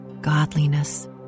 godliness